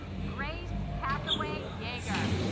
grace hathaway yeager